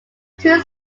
two